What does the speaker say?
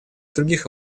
других